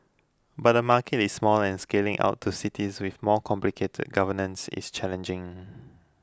but the market is small and scaling out to cities with more complicated governance is challenging